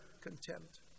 contempt